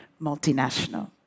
multinational